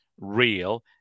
real